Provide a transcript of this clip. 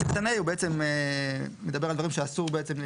סעיף קטן (ה) מדבר על דברים שאסור למסור